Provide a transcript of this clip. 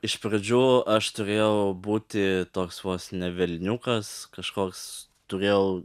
iš pradžių aš turėjau būti toks vos ne velniukas kažkoks turėjau